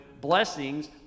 blessings